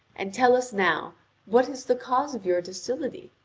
and tell us now what is the cause of your docility?